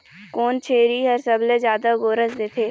कोन छेरी हर सबले जादा गोरस देथे?